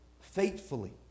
faithfully